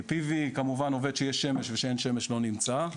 PV כמובן עובד שיש שמש, וכשאין שמש - לא נמצא.